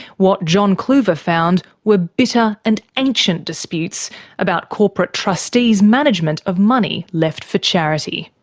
what john kluver found were bitter and ancient disputes about corporate trustees' management of money left for charity.